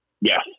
Yes